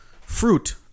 fruit